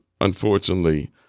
unfortunately